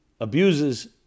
abuses